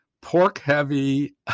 pork-heavy